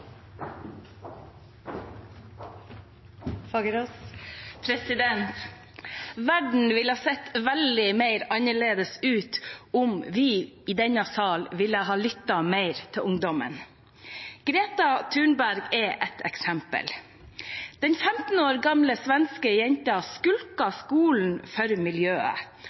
Verden ville sett veldig annerledes ut om vi i denne sal ville ha lyttet mer til ungdommen. Greta Thunberg er et eksempel. Den 15 år gamle svenske jenta skulket skolen for miljøet.